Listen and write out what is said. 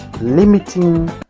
limiting